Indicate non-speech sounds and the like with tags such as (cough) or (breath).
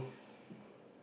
(breath)